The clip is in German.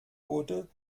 wurde